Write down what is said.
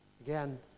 again